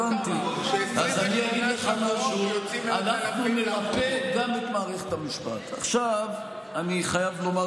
הבנתי, לא, לא כמה רופאים.